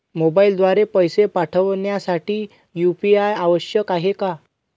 मोबाईलद्वारे पैसे पाठवण्यासाठी यू.पी.आय आवश्यक आहे का?